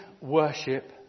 worship